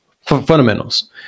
Fundamentals